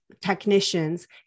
technicians